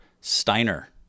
steiner